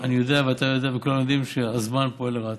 אני יודע ואתה יודע וכולם יודעים שהזמן פועל לרעתנו.